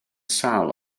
sâl